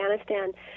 Afghanistan